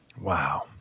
Wow